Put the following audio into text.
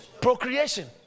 procreation